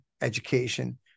education